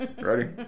ready